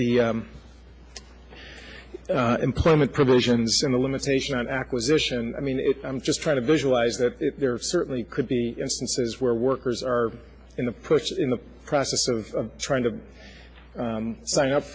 the employment provisions in the limitation on acquisition i mean if i'm just trying to visualize that there certainly could be instances where workers are in the push in the process of trying to sign up